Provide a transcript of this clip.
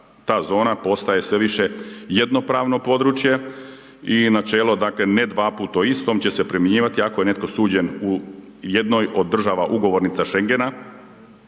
ta zona postaje sve više jednopravno područje i načelo „ne dvaput o istom“ će se primjenjivati ako je netko suđen u jednoj od država ugovornica Schengena,